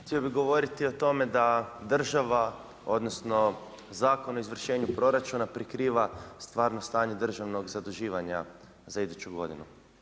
Htio bih govoriti o tome da država, odnosno Zakon o izvršenju proračuna prikriva stvarno stanje državnog zaduživanja za iduću godinu.